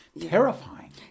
terrifying